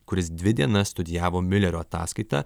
kuris dvi dienas studijavo miulerio ataskaitą